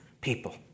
people